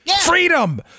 Freedom